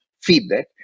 feedback